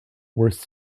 worse